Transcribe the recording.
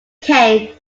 kaine